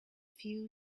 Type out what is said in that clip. few